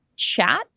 chat